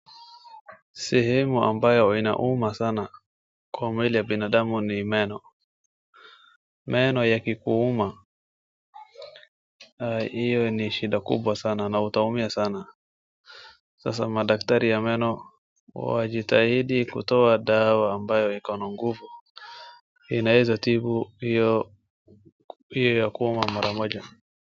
Sehemu ambayo inauma sana kwa mwili ya binadamu ni meno. Meno yakikuuma hiyo ni shida kubwa sana na utaumia sana, sasa madaktari ya meno wajitahidi kutoa dawa ambayo iko na nguvu, inaweza tibu hiyo pia ya kuuma mara moja.